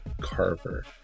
Carver